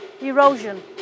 erosion